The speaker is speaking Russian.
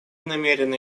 намерены